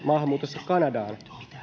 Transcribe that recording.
maahanmuutosta kanadaan